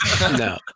no